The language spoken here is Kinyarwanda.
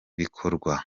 bikorwa